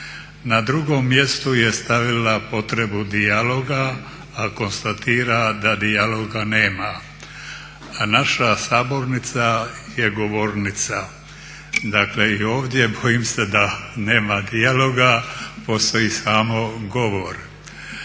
Na drugom mjesto je stavila potrebu dijalogu a konstatira da dijaloga nema. Naša sabornica je govornica. Dakle i ovdje bojim se da nema dijaloga, postoji samo govor.